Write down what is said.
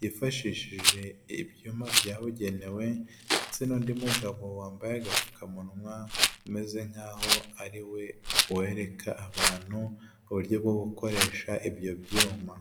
yifashishije ibyuma byabugenewe, ndetse n'undi mugabo wambaye agapfukamunwa umeze nk'aho ari we wereka abantu uburyo bwo gukoresha ibyo byuma.